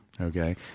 Okay